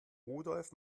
rudolf